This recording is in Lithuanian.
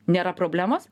nėra problemos